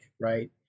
right